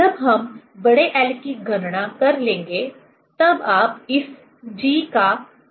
जब हम बड़े L की गणना कर लेंगे तब आप इस g का मान पता कर सकते हैं